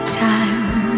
time